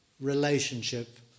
relationship